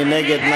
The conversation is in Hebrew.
מי נגד?